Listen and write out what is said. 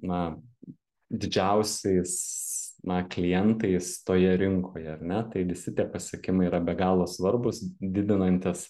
na didžiausiais na klientais toje rinkoje ar ne tai visi tie pasiekimai yra be galo svarbūs didinantys